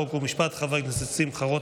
חוק ומשפט להכנתה לקריאה השנייה והשלישית.